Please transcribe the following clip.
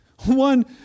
one